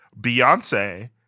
Beyonce